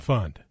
Fund